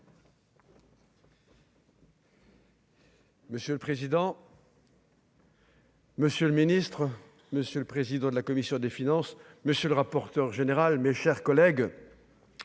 Monsieur le président. Monsieur le ministre, monsieur le président de la commission des finances, monsieur le rapporteur général, mes chers collègues,